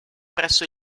presso